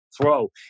throw